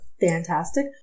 fantastic